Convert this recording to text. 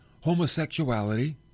homosexuality